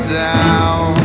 down